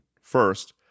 First